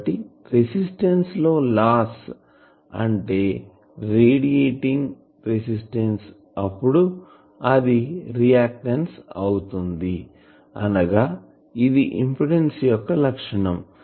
కాబట్టి రెసిస్టెన్సు లో లాస్ అంటే రేడియేటింగ్ రెసిస్టెన్సు అప్పుడు అది రియాక్టన్సు అవుతుంది అనగా ఇది ఇంపిడెన్సు యొక్క లక్షణం